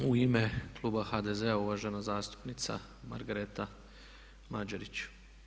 U ime kluba HDZ-a uvažena zastupnica Margareta Mađerić.